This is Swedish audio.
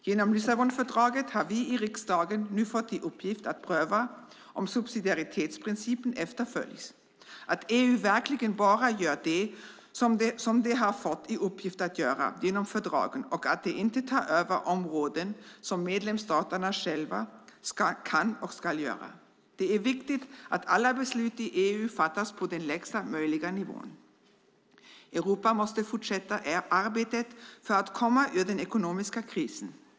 Genom Lissabonfördraget har vi i riksdagen nu fått i uppgift att pröva om subsidiaritetsprincipen efterföljs och att EU verkligen bara gör det som det har fått i uppgift att göra genom fördragen och att det inte tar över områden som medlemsstaterna själva kan och ska hantera. Det är viktigt att alla beslut i EU fattas på den lägsta möjliga nivån. Europa måste fortsätta arbetet för att komma ur den ekonomiska krisen.